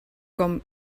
com